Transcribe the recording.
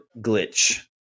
glitch